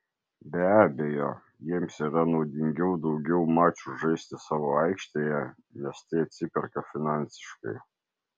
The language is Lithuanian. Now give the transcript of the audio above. be abejo jiems yra naudingiau daugiau mačų žaisti savo aikštėje nes tai atsiperka finansiškai